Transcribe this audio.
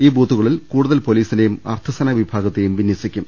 ഈ ബൂത്തുകളിൽ കൂടുതൽ പൊലീസിനെയും അർദ്ധസേനാ വിഭാഗത്തെയും വിന്യസിക്കും